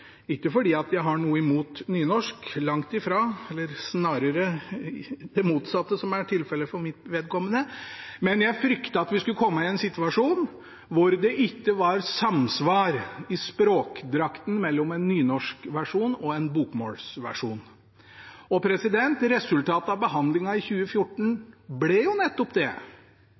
snarere det motsatte som er tilfellet for mitt vedkommende, men jeg fryktet at vi skulle komme i en situasjon hvor det ikke var samsvar i språkdrakten mellom en nynorskversjon og en bokmålsversjon. Resultatet av behandlingen i 2014 ble jo nettopp det.